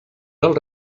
del